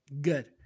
Good